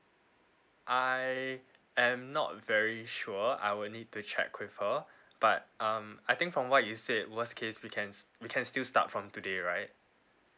I am not very sure I will need to check with her but um I think from what you said worst case we can we can still start from today right